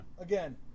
Again